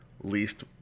least